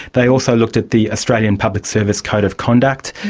they also looked at the australian public service code of conduct,